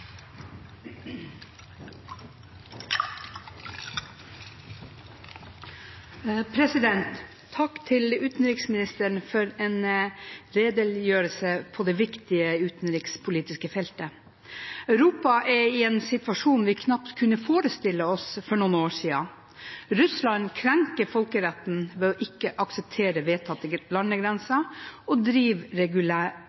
Takk til utenriksministeren for en redegjørelse på det viktige utenrikspolitiske feltet. Europa er i en situasjon vi knapt kunne forestilt oss for noen år siden. Russland krenker folkeretten ved ikke å akseptere vedtatte landegrenser og drive